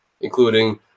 including